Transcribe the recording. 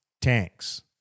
tanks